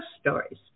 Stories